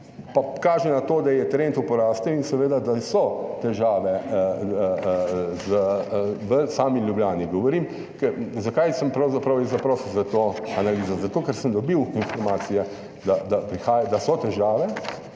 pa kaže na to, da je trend v porastu in seveda, da so težave v sami Ljubljani. Zakaj sem pravzaprav zaprosil za to analizo? Zato, ker sem dobil informacije, da prihaja,